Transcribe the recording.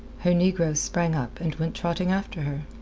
her negroes sprang up, and went trotting after her.